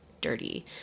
dirty